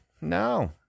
no